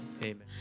Amen